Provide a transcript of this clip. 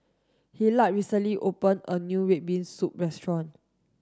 Hillard recently opened a new red bean soup restaurant